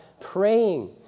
praying